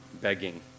begging